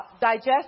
Digest